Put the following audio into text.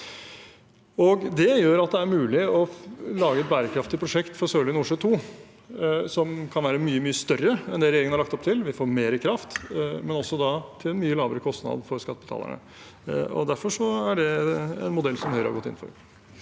Det gjør at det er mulig å lage et bærekraftig prosjekt for Sørlige Nordsjø II som kan være mye, mye større enn det regjeringen har lagt opp til. Vi får mer kraft, men også til en mye lavere kostnad for skattebetalerne. Derfor er det en modell som Høyre har gått inn for.